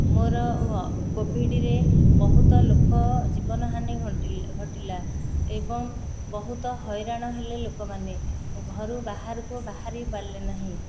ମୋର କୋଭିଡ଼ରେ ବହୁତ ଲୋକ ଜୀବନହାନି ଘଟିଲା ଏବଂ ବହୁତ ହଇରାଣ ହେଲେ ଲୋକମାନେ ଘରୁ ବାହାରକୁ ବାହାରି ପାରିଲେ ନାହିଁ